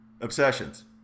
Obsessions